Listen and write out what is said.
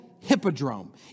Hippodrome